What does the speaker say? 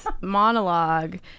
monologue